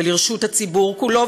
ולרשות הציבור כולו,